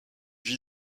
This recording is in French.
vit